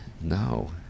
No